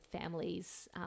families